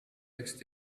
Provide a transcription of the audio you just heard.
next